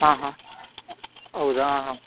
ಹಾಂ ಹಾಂ ಹೌದಾ ಹಾಂ